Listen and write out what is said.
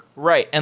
right. and